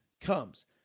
comes